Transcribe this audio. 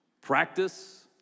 practice